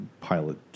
pilot